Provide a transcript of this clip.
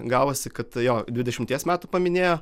gavosi kad jo dvidešimties metų paminėjo